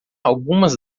algumas